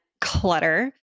clutter